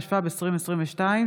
התשפ"ב 2022,